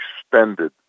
extended